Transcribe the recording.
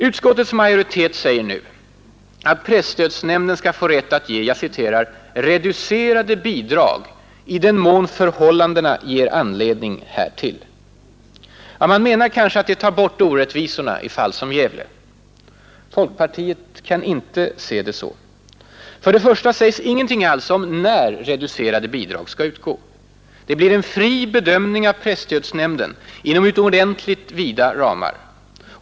Utskottets majoritet säger nu att presstödsnämnden skall få rätt att ge ”reducerade bidrag i den mån förhållandena ger anledning härtill”. Man menar kanske att det tar bort orättvisorna i fall som Gävle. Folkpartiet kan inte se det så. För det första sägs ingenting alls om när reducerade bidrag skall utgå. Det blir en fri bedömning av presstödsnämnden inom utomordentligt vida ramar.